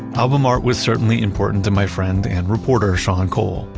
album art was certainly important to my friend, and reporter, sean cole.